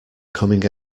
coming